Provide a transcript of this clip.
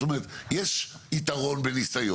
זאת אומרת, יש יתרון בניסיון.